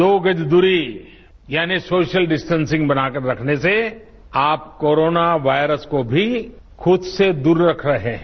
दो गज दूरी यानी सोशल डिस्टेसिंग बनाकर रखने से आप कोरोना वायरस को भी खुद से दूर रख रहे हैं